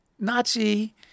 Nazi